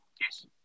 Yes